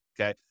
okay